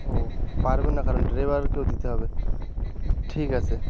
ও পারবেন না কারণ ড্রাইভারকেও দিতে হবে ঠিক আছে